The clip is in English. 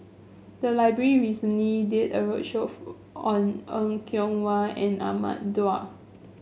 the library recently did a roadshow on Er Kwong Wah and Ahmad Daud